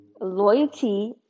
loyalty